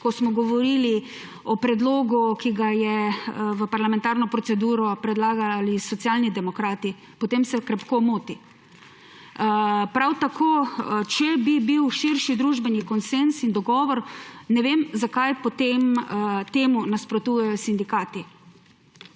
ko smo govorili o predlogu, ki so ga v parlamentarno proceduro predlagali Socialni demokrati, potem se krepko moti. Prav tako, če bi bil širši družbeni konsenz in dogovor, ne vem zakaj potem temu nasprotujejo sindikati.